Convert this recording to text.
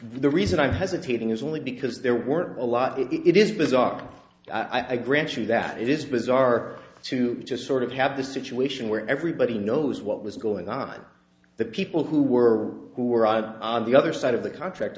the reason i'm hesitating is only because there weren't a lot it is bizarre i grant you that it is bizarre to just sort of have the situation where everybody knows what was going on the people who were who were on the other side of the contract